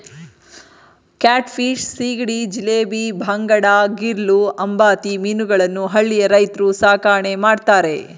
cat fish, ಸೀಗಡಿ, ಜಿಲೇಬಿ, ಬಾಂಗಡಾ, ಗಿರ್ಲೂ, ಅಂಬತಿ ಮೀನುಗಳನ್ನು ಹಳ್ಳಿಯ ರೈತ್ರು ಸಾಕಣೆ ಮಾಡ್ತರೆ